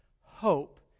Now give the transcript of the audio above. Hope